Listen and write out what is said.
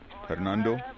Hernando